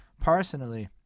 personally